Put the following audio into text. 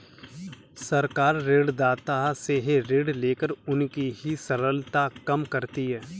सरकार ऋणदाता से ऋण लेकर उनकी तरलता कम करती है